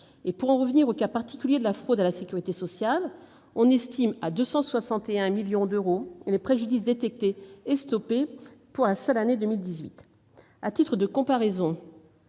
Pour en revenir au cas particulier de la fraude à la sécurité sociale, on estime à 261 millions d'euros les préjudices détectés et stoppés pour la seule année 2018. À titre de comparaison,